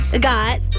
got